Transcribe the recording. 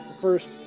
first